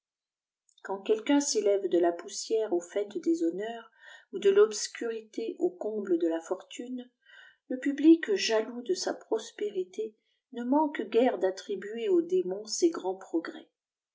qaand quelqu'un s'élève de la poussière au faîte des honneurs ou de l'obscurité au comble de la fortune le public jaloux de sa prospérité ne manque guère d'attribuer au démon ces grands progrès